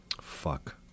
fuck